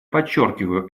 подчеркиваю